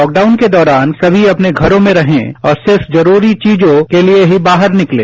lockdown के दौरान सभी अपने घरों में रहेंऔर सिर्फ जरूरी चीजों के लिये ही बाहर निकलें